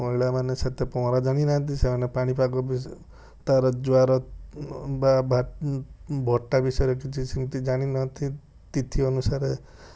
ମହିଳାମାନେ ସେତେ ପହଁରା ଜାଣିନାହାଁନ୍ତି ସେମାନେ ପାଣିପାଗ ତା'ର ଜୁଆର ବା ବଟା ବିଷୟରେ କିଛି ସେମିତି ଜାଣିନାହାଁନ୍ତି ତିଥି ଅନୁସାରେ